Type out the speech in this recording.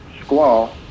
squall